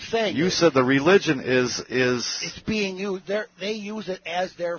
saying you said the religion is is being used there they use it as their